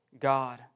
God